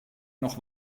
noch